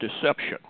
deception